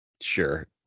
Sure